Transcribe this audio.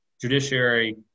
Judiciary